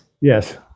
Yes